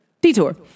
detour